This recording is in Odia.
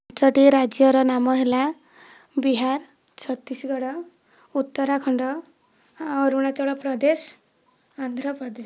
ପାଞ୍ଚୋଟି ରାଜ୍ୟର ନାମ ହେଲା ବିହାର ଛତିଶଗଡ଼ ଉତ୍ତରାଖଣ୍ଡ ଅରୁଣାଚଳ ପ୍ରଦେଶ ଆନ୍ଧ୍ର ପ୍ରଦେଶ